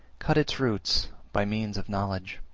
cut its root by means of knowledge.